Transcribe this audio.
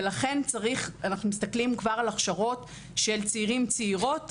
ולכן צריך אנחנו מסתכלים כבר על הכשרות של צעירים צעירות.